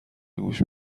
گوش